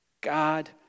God